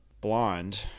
blonde